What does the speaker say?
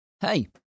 Hey